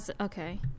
Okay